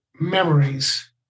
memories